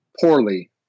poorly